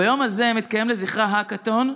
ביום הזה מתקיים לזכרה האקתון,